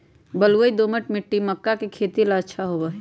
बलुई, दोमट मिट्टी मक्का के खेती ला अच्छा होबा हई